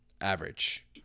average